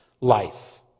life